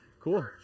cool